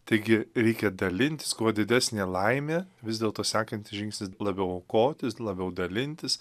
taigi reikia dalintis kuo didesne laime vis dėlto sekantis žingsnis labiau aukotis labiau dalintis